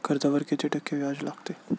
कर्जावर किती टक्के व्याज लागते?